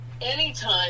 Anytime